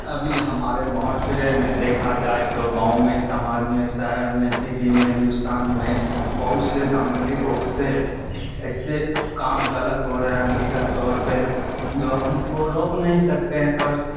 ابھی ہمارے معاشرے میں دیکھا جائے تو گاؤں میں سماج میں شہر میں سٹی میں ہندوستان میں بہت سے دھاندلی بہت سے ایسے کام غلط ہو رہے ہیں ان لیگل طور پہ جو ہم کو روک نہیں سکتے ہیں پر